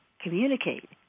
communicate